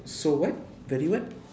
so what very what